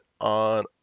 on